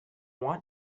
want